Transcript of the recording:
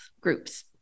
groups